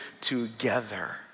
together